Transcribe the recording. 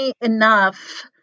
enough